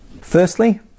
Firstly